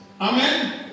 Amen